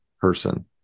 person